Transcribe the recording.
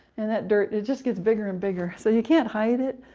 and that dirt just gets bigger and bigger. so you can't hide it.